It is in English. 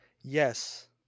Yes